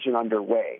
underway